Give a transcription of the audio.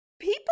People